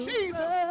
Jesus